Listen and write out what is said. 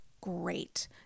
great